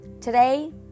today